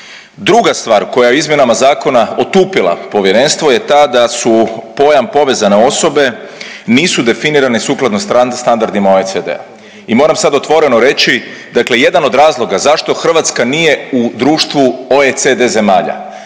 Druga stvar koja je izmjenama zakona otupila povjerenstvo je ta da su, pojam „povezane osobe“ nisu definirane sukladno standardima OECD-a i moram sad otvoreno reći, dakle jedan od razloga zašto Hrvatska nije u društvu OECD zemljama.